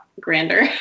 grander